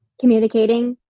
communicating